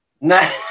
No